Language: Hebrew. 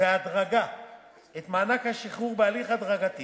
את מענק השחרור בהליך הדרגתי